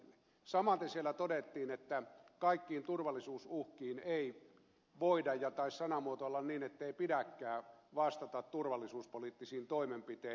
samaten siellä todettiin että kaikkiin turvallisuusuhkiin ei voida ja taisi sanamuoto olla niin ettei pidäkään vastata turvallisuuspoliittisin toimenpitein